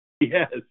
Yes